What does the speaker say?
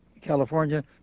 California